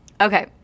Okay